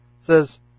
says